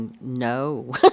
no